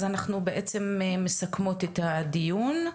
אז אנחנו בעצם מסכמות את הדיון,